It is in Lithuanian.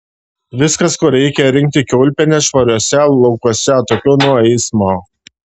viskas ko reikia rinkti kiaulpienes švariuose laukuose atokiau nuo eismo